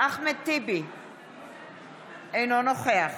אחמד טיבי, אינו נוכח